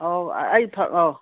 ꯑꯧ ꯑꯩ ꯑꯥꯎ